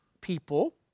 people